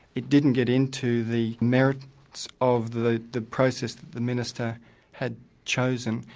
it didn't get into the merits of the the process that the minister had chosen,